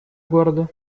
города